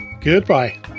Goodbye